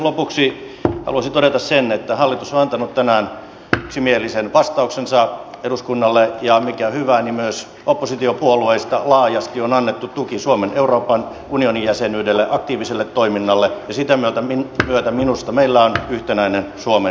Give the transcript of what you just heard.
lopuksi haluaisin todeta sen että hallitus on antanut tänään yksimielisen vastauksensa eduskunnalle ja mikä on hyvä on se että myös oppositiopuolueista laajasti on annettu tuki suomen euroopan unionin jäsenyydelle aktiiviselle toiminnalle ja sitä myötä minusta meillä on yhtenäinen suomen linja tällä hetkellä